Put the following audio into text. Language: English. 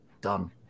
done